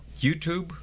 YouTube